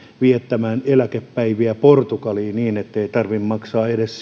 viettämään eläkepäiviä portugaliin niin ettei tarvitse maksaa edes